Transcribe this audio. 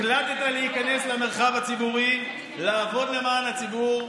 החלטת להיכנס למרחב הציבורי, לעבוד למען הציבור?